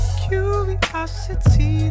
curiosity